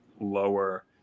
lower